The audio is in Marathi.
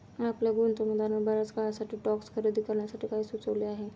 आपल्या गुंतवणूकदाराने बर्याच काळासाठी स्टॉक्स खरेदी करण्यासाठी काय सुचविले आहे?